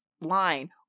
line